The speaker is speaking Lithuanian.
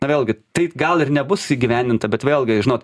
na vėlgi tai gal ir nebus įgyvendinta bet vėlgi žinot